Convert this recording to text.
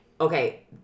Okay